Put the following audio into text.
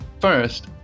First